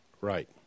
Right